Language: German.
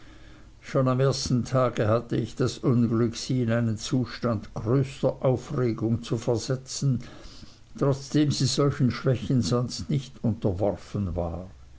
schon am ersten tag hatte ich das unglück sie in einen zustand größter aufregung zu versetzen trotzdem sie solchen schwächen sonst nicht unterworfen war